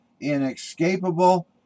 inescapable